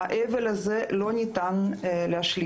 ואת העוול הזה לא ניתן לתקן.